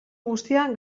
guztia